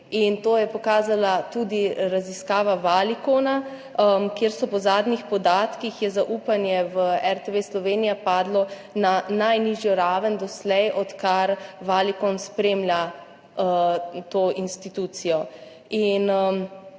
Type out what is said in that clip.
To je pokazala tudi raziskava Valicona, kjer je po zadnjih podatkih zaupanje v RTV Slovenija padlo na najnižjo raven doslej, odkar Valicon spremlja to institucijo.